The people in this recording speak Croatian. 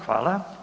Hvala.